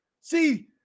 See